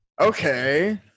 Okay